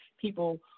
people